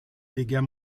dégâts